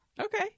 Okay